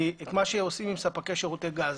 את מה שעושים עם ספקי שירותי גז.